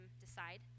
decide